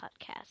podcast